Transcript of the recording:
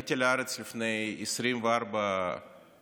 עליתי לארץ לפני 24 שנים,